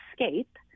escape